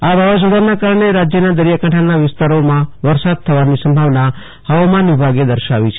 આ વાવાઝોડાના કારણે રાજ્યના દરિયાકાંઠાના વિસ્તારોમાં વરસાદ થવાની સંભાવના હાવામાન વિભાગે દર્શાવી છે